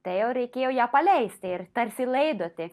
tai jau reikėjo ją paleisti ir tarsi laidoti